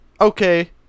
Okay